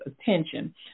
attention